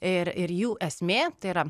ir ir jų esmė tai yra